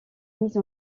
mise